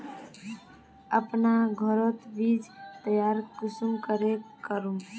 अपना घोरोत बीज तैयार कुंसम करे करूम?